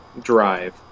Drive